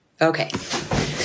okay